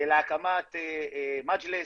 להקמת מג'לס,